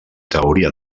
teoria